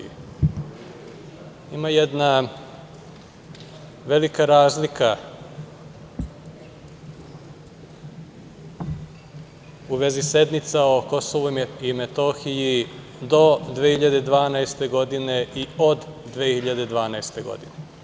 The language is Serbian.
Ima jedna velika razlika u vezi sednica o Kosovu i Metohiji do 2012. godine i od 2012. godine.